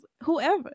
whoever